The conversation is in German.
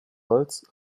holz